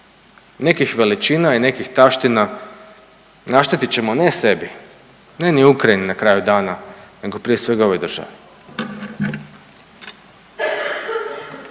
nekih veličina i nekih taština. Naštetit ćemo ne sebi, ne ni Ukrajini na kraju dana nego prije svega ovoj državi.